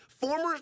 former—